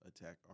attack